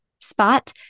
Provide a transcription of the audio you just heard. spot